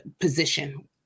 position